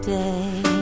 day